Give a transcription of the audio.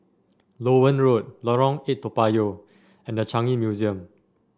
Loewen Road Lorong Eight Toa Payoh and The Changi Museum